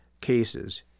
cases